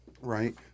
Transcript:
Right